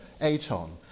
Aton